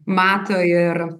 mato ir